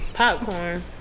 Popcorn